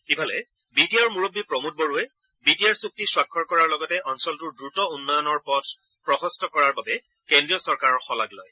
ইফালে B T আৰৰ মূৰববী প্ৰমোড বড়োই বি টি আৰ চুক্তি স্বাক্ষৰ কৰাৰ লগতে অঞ্চলটৌৰ দ্ৰত উন্নয়নৰ পথ প্ৰশস্ত কৰাৰ বাবে কেন্দ্ৰীয় চৰকাৰৰ শলাগ লয়